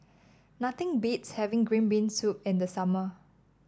nothing beats having Green Bean Soup in the summer